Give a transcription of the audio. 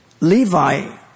Levi